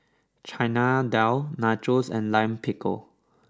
Chana Dal Nachos and Lime Pickle